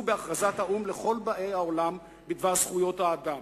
בהכרזת האו"ם לכל באי העולם בדבר זכויות האדם: